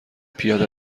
پیاده